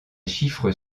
chiffres